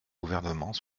gouvernement